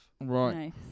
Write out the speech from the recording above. right